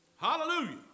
Hallelujah